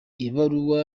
ibaruwa